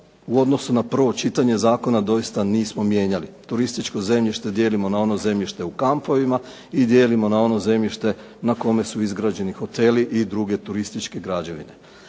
u odnosu na prvo čitanje zakona doista nismo mijenjali. Turističko zemljište dijelimo na ono zemljište u kampovima, i dijelimo na ono zemljište na kome su izgrađeni hoteli i druge turističke građevine.